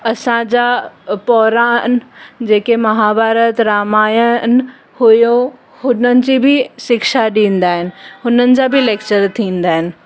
असांजा पौरान जेके महाभारत रामायण हुयो हुननि जी शिक्षा ॾींदा आहिनि हुननि जा बि लेक्चर थींदा आहिनि